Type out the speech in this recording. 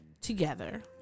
together